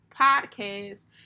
podcast